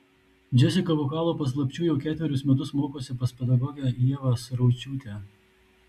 džesika vokalo paslapčių jau ketverius metus mokosi pas pedagogę ievą suraučiūtę